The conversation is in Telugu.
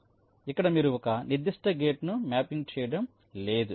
కాబట్టి ఇక్కడ మీరు ఒక నిర్దిష్ట గేటును మ్యాపింగ్ చేయడం లేదు